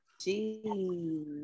Jeez